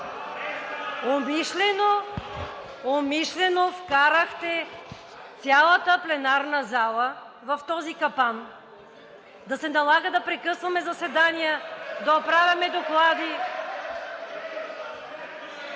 Умишлено вкарахте цялата пленарна зала в този капан – да се налага да прекъсваме заседания, да оправяме доклади…